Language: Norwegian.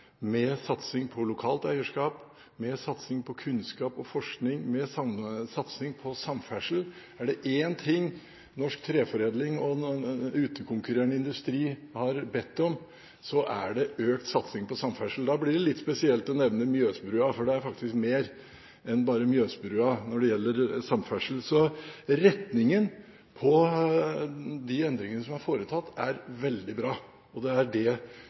mer satsing på lokalt eierskap, mer satsing på kunnskap og forskning og mer satsing på samferdsel. Er det én ting norsk treforedling og utekonkurrerende industri har bedt om, er det økt satsing på samferdsel. Da blir det litt spesielt å nevne Mjøsbrua, for det er faktisk mer enn bare Mjøsbrua når det gjelder samferdsel. Så retningen på de endringene som er foretatt, er veldig bra, og det er det